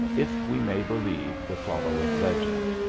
if we may believe the following legend.